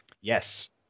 Yes